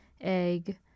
egg